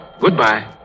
Goodbye